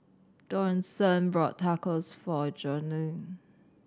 Johnson bought Tacos for Jocelyne